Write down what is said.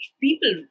people